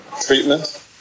treatment